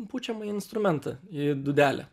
pučiamąjį instrumentą į dūdelę